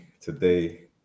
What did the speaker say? today